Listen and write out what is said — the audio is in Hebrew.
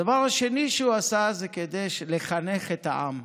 הדבר השני שהוא עשה, זה כדי לחנך את העם.